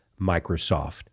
Microsoft